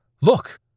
look